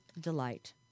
delight